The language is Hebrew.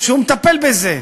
שהוא מטפל בזה,